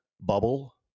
bubble